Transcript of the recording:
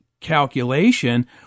calculation